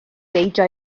beidio